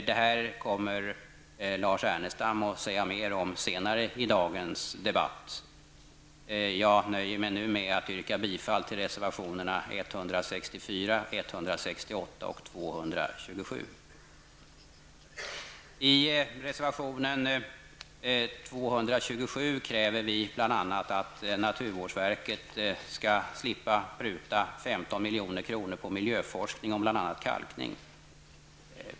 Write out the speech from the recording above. Det här kommer Lars Ernestam att säga mer om senare i dagens debatt. Jag nöjer mig nu med att yrka bifall till reservationerna 164, 168 och 227. I reservation 227 kräver vi bl.a. att naturvårdsverket skall slippa pruta 15 milj.kr. på miljöforskning om bl.a. kalkning.